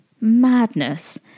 madness